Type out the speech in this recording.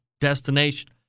destination